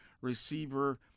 receiver